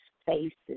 spaces